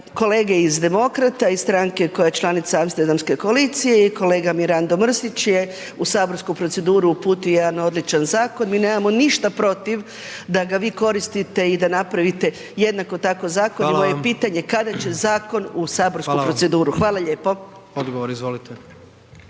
kolege iz demokrata, iz stranke koja je članica Amsterdamske koalicija je kolega Mirando Mrsić je u saborsku proceduru uputio jedan odličan zakon. Mi nemamo ništa protiv da ga vi koristite i da napravite jednako tako zakon .../Upadica: Hvala vam./... i moje pitanje kada će zakon u saborsku proceduru? Hvala lijepo. **Jandroković, Gordan (HDZ)** Odgovor, izvolite.